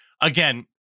Again